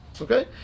Okay